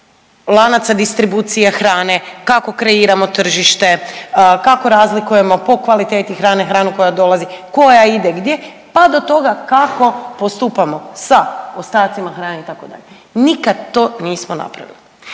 lanaca distribucije hrane, kako kreiramo tržište, kako razlikujemo po kvaliteti hrane hranu koja dolazi, koja ide gdje, pa do toga kako postupamo sa ostacima hrane itd., nikad to nismo napravili.